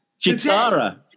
Chitara